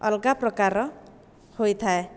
ଅଲଗା ପ୍ରକାରର ହୋଇଥାଏ